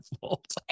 fault